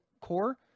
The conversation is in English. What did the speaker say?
core